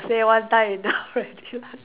say one time you don't